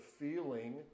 feeling